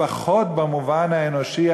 לפחות במובן האנושי,